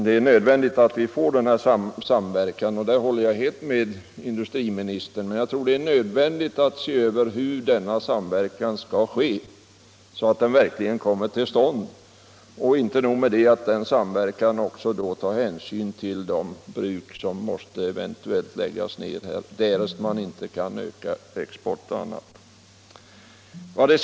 Det är nödvändigt med samverkan. Det håller jag med industriministern om, men jag tror att det är nödvändigt att undersöka hur denna samverkan skall ske, så att den verkligen kommer till stånd. Och det räcker inte med att en sådan samverkan tar hänsyn till de bruk som måste läggas ned, därest man inte kan öka exporten m.m.